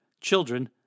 children